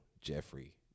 Jeffrey